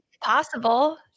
possible